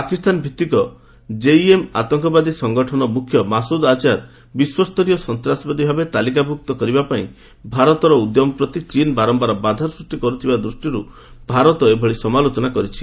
ପାକିସ୍ତାନଭିତ୍ତିକ JeM ସନ୍ତାସବାଦୀ ସଙ୍ଗଠନ ମୁଖ୍ୟ ମାସୁଦ୍ ଆଝାର ବିଶ୍ୱସ୍ତରୀୟ ସନ୍ତାସବାଦୀ ଭାବେ ତାଲିକାଭୁକ୍ତ କରିବାପାଇଁ ଭାରତର ଉଦ୍ୟମ ପ୍ରତି ଚୀନ୍ ବାରମ୍ଭାର ବାଧା ସୃଷ୍ଟି କର୍ଥିବା ଦୃଷ୍ଟିରୁ ଭାରତ ଏଭଳି ସମାଲୋଚନା କରିଛି